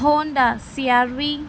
Honda C R V